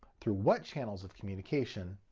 through what channels of communication,